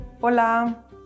Hola